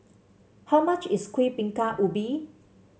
how much is Kuih Bingka Ubi